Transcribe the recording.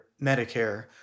Medicare